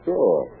Sure